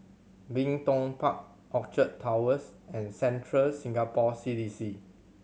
Bin Tong Park Orchard Towers and Central Singapore C D C